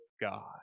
God